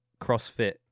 CrossFit